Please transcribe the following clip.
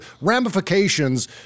ramifications